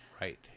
Right